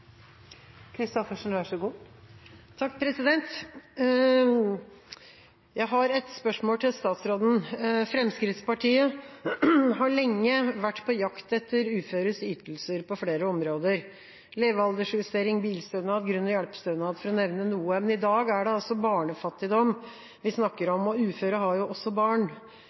Jeg har et spørsmål til statsråden: Fremskrittspartiet har lenge vært på jakt etter uføres ytelser på flere områder – levealdersjustering, bilstønad, grunn- og hjelpestønad, for å nevne noen. Men i dag er det barnefattigdom vi snakker om, og uføre har også barn.